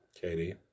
Katie